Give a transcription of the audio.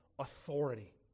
authority